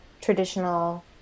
traditional